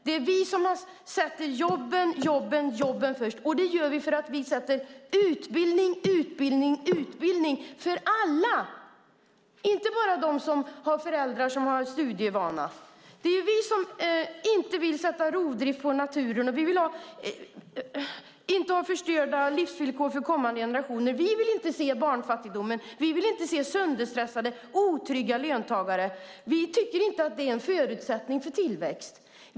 Det är vi som sätter jobben, jobben och jobben först. Det gör vi för att vi vill ha utbildning, utbildning och utbildning för alla, inte bara för dem som har föräldrar som har studievana. Det är vi som inte vill ha rovdrift på naturen. Vi vill inte ha förstörda livsvillkor för kommande generationer. Vi vill inte se barnfattigdomen. Vi vill inte se sönderstressade och otrygga löntagare. Vi tycker inte att det är en förutsättning för tillväxt.